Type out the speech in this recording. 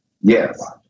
Yes